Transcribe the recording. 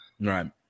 Right